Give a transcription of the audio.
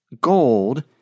gold